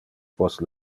post